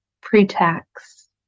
pre-tax